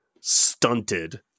stunted